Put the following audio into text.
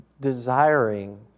Desiring